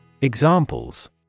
Examples